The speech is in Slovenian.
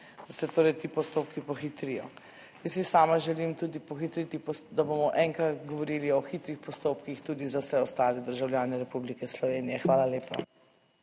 da se torej ti postopki pohitrijo. Jaz si sama želim tudi pohitriti, da bomo enkrat govorili o hitrih postopkih tudi za vse ostale državljane Republike Slovenije. Hvala lepa.